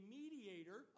mediator